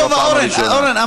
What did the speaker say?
עשה לי טובה, אורן, אורן.